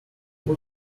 good